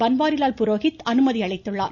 பன்வாரிலால் புரோகித் அனுமதி அளித்துள்ளார்